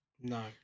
No